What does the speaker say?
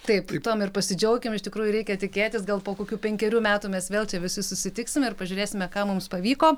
taip tuom ir pasidžiaukim iš tikrųjų reikia tikėtis gal po kokių penkerių metų mes vėl čia visi susitiksime ir pažiūrėsime ką mums pavyko